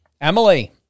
Emily